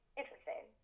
interesting